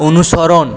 অনুসরণ